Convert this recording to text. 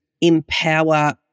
empower